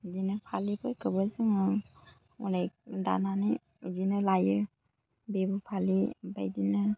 बिदिनो फालिफोरखौबो जोङो अनेक दानानै बिदिनो लायो बिहु फालि बायदिनो